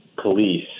police